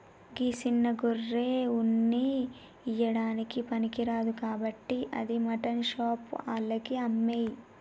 గా సిన్న గొర్రె ఉన్ని ఇయ్యడానికి పనికిరాదు కాబట్టి అది మాటన్ షాప్ ఆళ్లకి అమ్మేయి